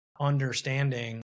understanding